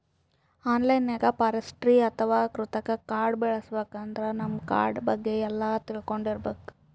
analogue forestry ಅಥವಾ ಕೃತಕ್ ಕಾಡ್ ಬೆಳಸಬೇಕಂದ್ರ ನಾವ್ ಕಾಡ್ ಬಗ್ಗೆ ಎಲ್ಲಾ ತಿಳ್ಕೊಂಡಿರ್ಬೇಕ್